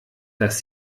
dass